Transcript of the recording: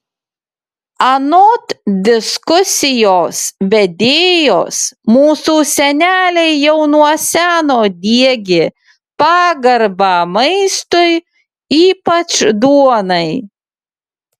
anot diskusijos vedėjos mūsų seneliai jau nuo seno diegė pagarbą maistui ypač duonai